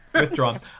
Withdrawn